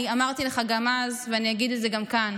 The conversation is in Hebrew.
אני אמרתי לך גם אז ואני אגיד את זה גם כאן: